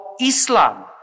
Islam